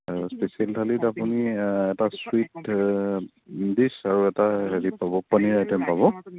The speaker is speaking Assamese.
আৰু স্পেচিয়েল থালিত আপুনি এটা চুইট ডিছ আৰু এটা হেৰি পাব পনীৰ আইটেম পাব